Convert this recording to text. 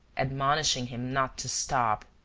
admonishing him not to stop,